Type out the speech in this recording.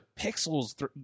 pixels